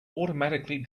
automatically